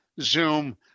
Zoom